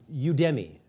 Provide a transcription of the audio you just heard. Udemy